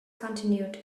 continued